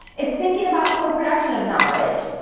it's thinking about co-production of knowledge.